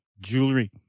jewelry